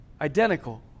identical